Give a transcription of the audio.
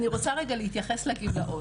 אני רוצה רגע להתייחס לגמלאות,